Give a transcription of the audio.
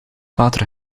water